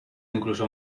incluso